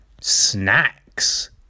snacks